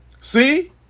See